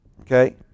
Okay